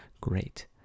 great